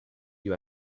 you